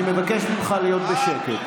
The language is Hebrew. אני מבקש ממך להיות בשקט.